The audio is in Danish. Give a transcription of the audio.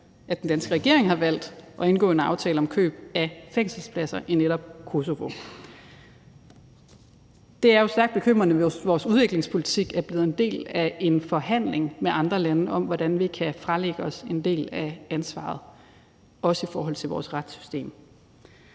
at den danske regering har valgt at indgå en aftale om køb af fængselspladser i netop Kosovo. Det er jo stærkt bekymrende, hvis vores udviklingspolitik er blevet en del af en forhandling med andre lande om, hvordan vi kan fralægge os en del af ansvaret, også i forhold til vores retssystem.